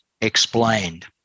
Explained